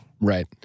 Right